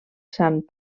sant